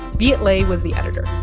viet le was the editor.